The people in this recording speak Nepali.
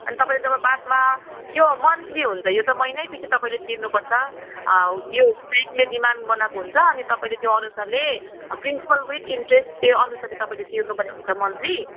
अन् तपाईँले जब बादमा यो मन्थली हुन्छ यो त महिनै पिछे तपाईँले तिर्नुपर्छ यो ब्याङ्कले डिमान्ड बनाएको हुन्छ अनि तपाईँले त्यो अनुसारले प्रिन्सिपल विथ इन्ट्रेस्ट त्यो अनुसारले तपाईँले तिर्नुपर्ने हुन्छ मन्थली